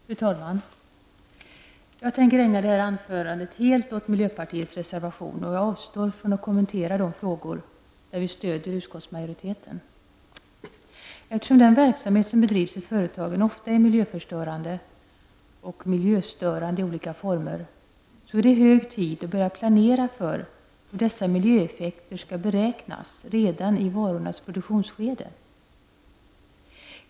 Fru talman! Jag tänker ägna det här anförandet helt åt miljöpartiets reservation och avstår från att kommentera de frågor där vi stöder utskottsmajoriteten. Eftersom den verksamhet som bedrivs i företagen ofta är miljöförstörande och miljöstörande i olika former är det hög tid att börja planera för hur dessa miljöeffekter skall kunna beräknas redan i varornas produktionsskede.